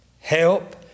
help